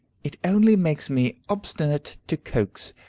it only makes me obstinate to coax.